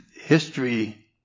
history